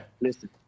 Listen